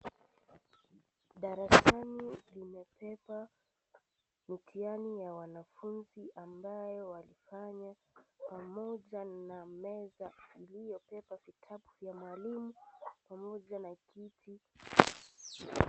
Darasani limebeba mtihanib ya wanafunzi ambayo walifanya pamoja na meza iliyobeba vitabu vya mwalimu pamoja na kiti.